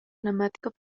dramático